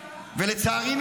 ולצערי,